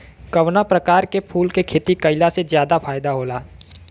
कवना प्रकार के फूल के खेती कइला से ज्यादा फायदा होला?